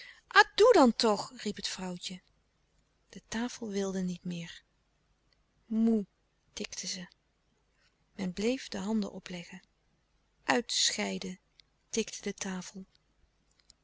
adoe dan toch riep het vrouwtje de tafel wilde niet meer moê tikte ze men bleef de handen opleggen uitscheiden tikte de tafel